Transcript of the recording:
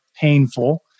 painful